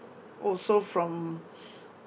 also from